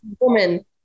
woman